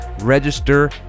Register